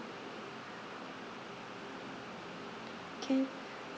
can